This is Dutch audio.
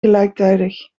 gelijktijdig